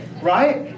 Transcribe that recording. Right